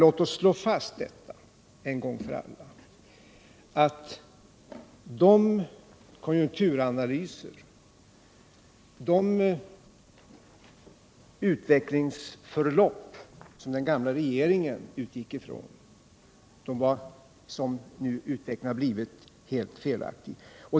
Låt oss emellertid slå fast en gång för alla att de konjunkturanalyser, de utvecklingsförlopp som den gamla regeringen utgick ifrån var — såsom utvecklingen nu har blivit — helt felaktiga.